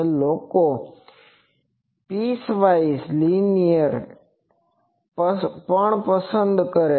લોકો piecewise linear પણ પસંદ કરે છે